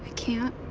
can't.